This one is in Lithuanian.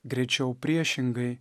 greičiau priešingai